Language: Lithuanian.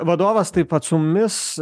vadovas taip pat su mumis